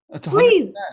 Please